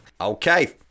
Okay